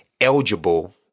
eligible